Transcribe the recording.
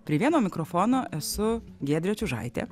prie vieno mikrofono esu giedrė čiužaitė